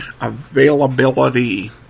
availability